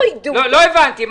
לא הבנתי,